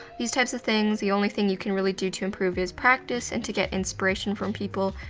these types of things, the only thing you can really do to improve is practice, and to get inspiration from people,